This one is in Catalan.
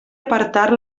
apartar